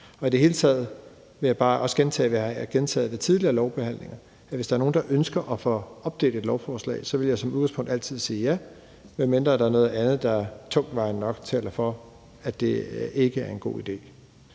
også gentage, hvad jeg har gentaget ved tidligere lovbehandlinger, at hvis der er nogen, der ønsker at få opdelt et lovforslag, vil jeg som udgangspunkt altid sige ja, medmindre der er noget andet, der tungtvejende nok taler for, at det ikke er en god idé.